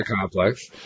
complex